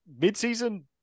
mid-season